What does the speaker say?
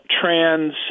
trans